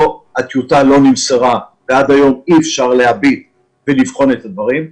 הטיוטה לא נמסרה ועד היום אי אפשר לבחון את הדברים,